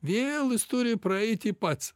vėl jis turi praeiti pats